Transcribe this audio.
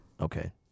Okay